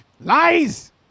Lies